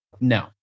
no